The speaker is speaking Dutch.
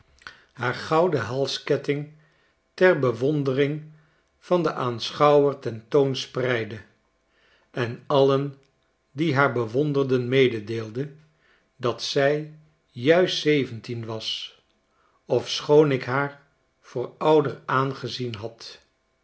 haar gouden halsketting ter bewondering van den aanschouwer ten toon spreidde en alien die haar bewonderden meedeelde datzy juistzeventien was ofschoon ik haar voor ouder aangezien had